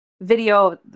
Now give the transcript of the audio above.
video